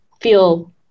feel